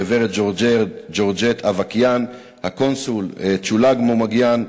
הגברת ג'ורג'ט אווקיאן, הקונסול צ'ולאג מומגיאן,